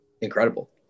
incredible